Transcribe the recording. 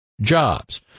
jobs